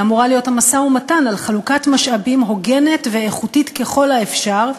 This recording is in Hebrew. היא אמורה להיות המשא-ומתן על חלוקת משאבים הוגנת ואיכותית ככל האפשר,